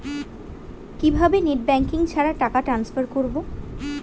কিভাবে net banking ছাড়া টাকা ট্রান্সফার করবো?